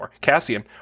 Cassian